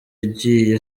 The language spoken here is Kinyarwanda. yagiye